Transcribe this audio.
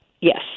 Yes